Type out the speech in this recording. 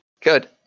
good